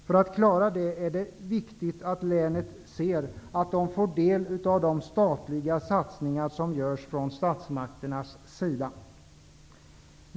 För att klara det är det viktigt att länet ser att det får del av de satsningar som görs från statsmakternas sida.